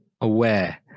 aware